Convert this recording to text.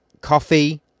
coffee